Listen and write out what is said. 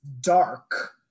dark